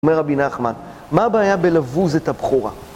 אומר רבי נחמן, מה הבעיה בלבוז את הבכורה?